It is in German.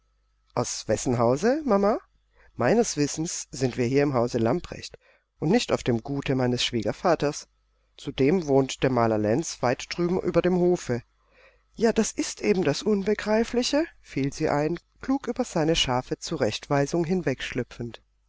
aus wessen hause mama meines wissens sind wir hier im hause lamprecht und nicht auf dem gute meines schwiegervaters zudem wohnt der maler lenz weit drüben über dem hofe ja das ist eben das unbegreifliche fiel sie ein klug über seine scharfe zurechtweisung